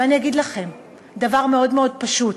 ואני אגיד לכם דבר מאוד מאוד פשוט: